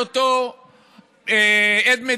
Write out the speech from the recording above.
לא ננקט צעד באותו יום,